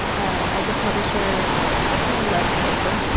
as a publisher certainly loves paper,